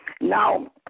Now